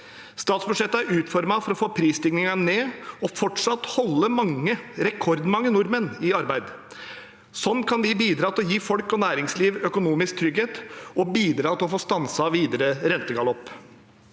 Statsbudsjettet er utformet for å få prisstigningen ned og fortsatt holde mange – rekordmange – nordmenn i arbeid. Sånn kan vi bidra til å gi folk og næringsliv økonomisk trygghet og bidra til å få stanset videre rentegalopp.